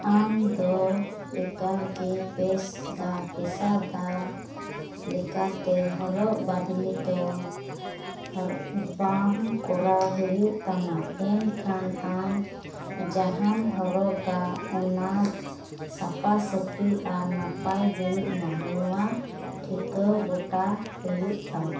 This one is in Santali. ᱟᱢᱫᱚ ᱮᱠᱟᱞ ᱜᱮ ᱯᱮᱥᱫᱟ ᱯᱮᱥᱟᱫᱟᱨ ᱞᱮᱠᱟᱛᱮ ᱦᱚᱨᱚᱜ ᱵᱟᱸᱫᱮ ᱫᱚ ᱵᱟᱝ ᱠᱚᱨᱟᱣ ᱦᱩᱭᱩᱜ ᱛᱟᱢᱟ ᱮᱱᱠᱷᱟᱱ ᱵᱟᱝ ᱡᱟᱦᱟᱢ ᱦᱚᱨᱚᱜᱟ ᱚᱱᱟ ᱥᱟᱯᱟ ᱥᱟᱹᱯᱷᱤ ᱟᱨ ᱱᱟᱯᱟᱭ ᱦᱩᱭᱩᱜᱼᱢᱟ ᱱᱚᱣᱟ ᱴᱷᱤᱠᱟᱹ ᱜᱳᱴᱟ ᱦᱩᱭᱩᱜ ᱛᱟᱢᱟ